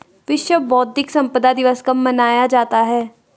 विश्व बौद्धिक संपदा दिवस कब मनाया जाता है?